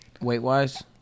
weight-wise